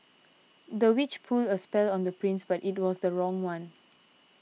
the witch put a spell on the prince but it was the wrong one